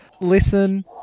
Listen